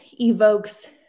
evokes